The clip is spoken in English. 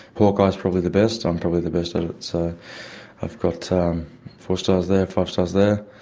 hawkeye's probably the best, i'm probably the best at it, so i've got four stars there, five stars there,